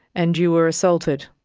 and you were assaulted?